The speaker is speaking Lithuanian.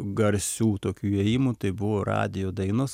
garsių tokių įėjimų tai buvo radijo dainos